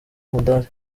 umudali